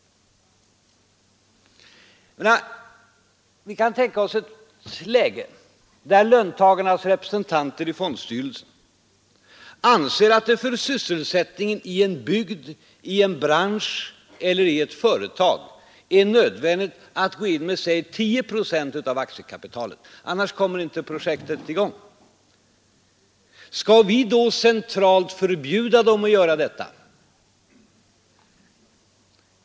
Vi kan tänka oss ett läge där löntagarnas representanter i fondstyrelsen anser att det för sysselsättningen i en bygd, i en bransch eller i ett företag är nödvändigt att gå in med, säg 10 procent av aktiekapitalet — annars kommer inte projektet i gång. Skall vi då centralt förbjuda dem att göra detta?